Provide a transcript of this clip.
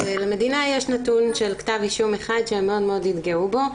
אז למדינה יש נתון של כתב אישום אחד שהם מאוד מאוד התגאו בו.